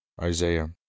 Isaiah